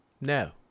No